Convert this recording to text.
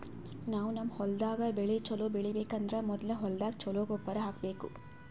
ನಾವ್ ನಮ್ ಹೊಲ್ದಾಗ್ ಬೆಳಿ ಛಲೋ ಬೆಳಿಬೇಕ್ ಅಂದ್ರ ಮೊದ್ಲ ಹೊಲ್ದಾಗ ಛಲೋ ಗೊಬ್ಬರ್ ಹಾಕ್ಬೇಕ್